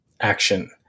action